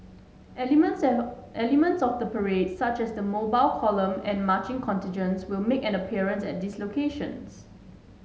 elements elements of the parade such as the Mobile Column and marching contingents will make an appearance at these locations